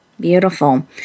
Beautiful